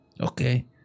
Okay